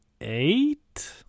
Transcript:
Eight